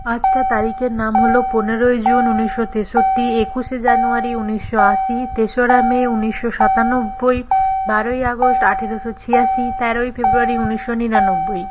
পাঁচটা তারিখের নাম হলো পনেরোই জুন উনিশশো তেষট্টি একুশে জানুয়ারি উনিশশো আশি তেসরা মে উনিশশো সাতানব্বই বারোই আগস্ট আঠারোশো ছিয়াশি তেরোই ফেব্রুয়ারি উনিশশো নিরানব্বই